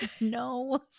no